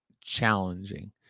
challenging